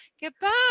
goodbye